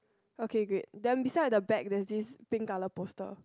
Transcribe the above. okay great then beside the bag there's this pink colour poster